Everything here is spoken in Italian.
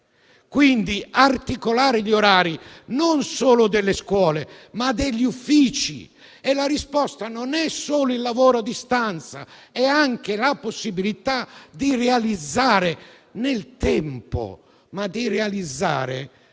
quindi articolare gli orari, non solo delle scuole, ma anche degli uffici. La risposta non è solo il lavoro a distanza, ma anche la possibilità di realizzare nel tempo